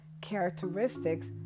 characteristics